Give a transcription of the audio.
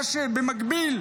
מה שבמקביל,